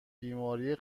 بیماری